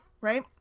right